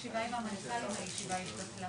הישיבה ננעלה